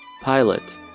Pilot